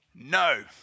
No